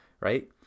right